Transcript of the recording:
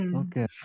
okay